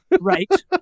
right